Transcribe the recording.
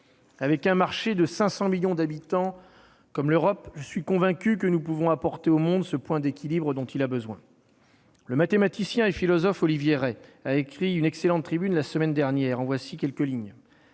Avec un marché de 500 millions d'habitants comme l'Europe, je suis convaincu que nous pouvons apporter au monde l'équilibre dont il a besoin. Le mathématicien et philosophe Olivier Rey a publié une excellente tribune la semaine dernière. En voici quelques